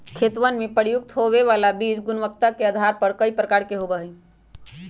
खेतवन में प्रयुक्त होवे वाला बीज गुणवत्ता के आधार पर कई प्रकार के होवा हई